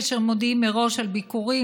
כאשר מודיעים מראש על ביקורים,